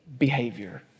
behavior